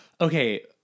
okay